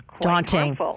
daunting